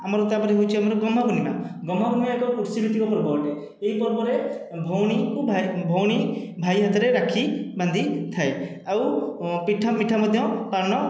ଆମର ତାପରେ ହେଉଛି ଆମର ଗହ୍ମା ପୁର୍ଣିମା ଗହ୍ମାପୂର୍ଣ୍ଣିମା ଏକ କୃଷି ଭିତ୍ତିକ ପର୍ବ ଅଟେ ଏଇ ପର୍ବରେ ଭଉଣୀକୁ ଭାଇ ଭଉଣୀ ଭାଇ ହାତରେ ରାକ୍ଷି ବାନ୍ଧି ଥାଏ ଆଉ ପିଠା ମିଠା ମଧ୍ୟ ପାଳନ